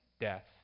death